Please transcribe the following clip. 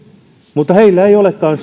mutta heillä ei olekaan